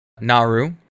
Naru